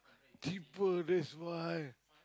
cheaper that's why